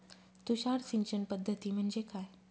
तुषार सिंचन पद्धती म्हणजे काय?